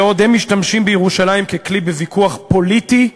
בעוד הם משתמשים בירושלים ככלי בוויכוח פוליטי,